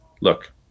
look